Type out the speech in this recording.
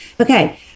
Okay